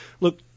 Look